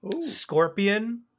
Scorpion